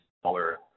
smaller